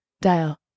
dial